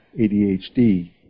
ADHD